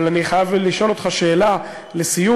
אבל אני חייב לשאול אותך שאלה לסיום.